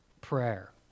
prayer